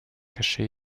cachés